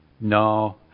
no